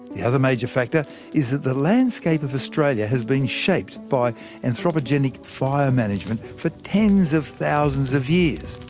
the other major factor is that the landscape of australia has been shaped by anthropogenic fire management for tens of thousands of years.